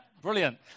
Brilliant